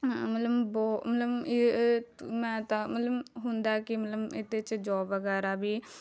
ਮਤਲਬ ਬਹੁ ਮਤਲਬ ਇਹ ਇਹ ਮੈਂ ਤਾਂ ਮਤਲਬ ਹੁੰਦਾ ਕਿ ਮਤਲਬ ਇਹਦੇ 'ਚ ਜੋਬ ਵਗੈਰਾ ਵੀ